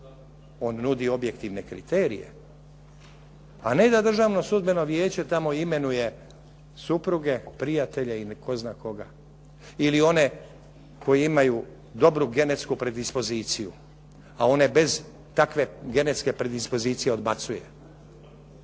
On nudi objektivne kriterije, a ne da Državno sudbeno vijeće tamo imenuje supruge, prijatelje ili tko zna koga ili one koji imaju dobru genetsku predispoziciju, a one bez takve genetske predispozicije odbacuje.